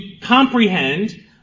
comprehend